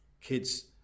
kids